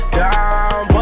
down